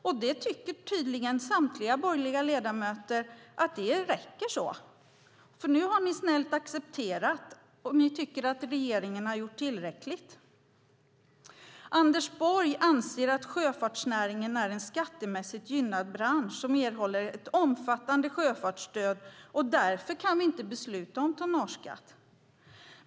Tydligen tycker samtliga borgerliga ledamöter att det räcker med det eftersom ni nu snällt har accepterat detta och tycker att regeringen har gjort tillräckligt. Anders Borg anser att sjöfartsnäringen är en skattemässigt gynnad bransch som erhåller ett omfattande sjöfartsstöd och att vi därför inte kan besluta om en tonnageskatt.